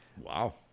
Wow